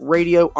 Radio